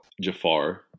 Jafar